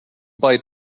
bite